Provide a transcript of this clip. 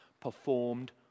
performed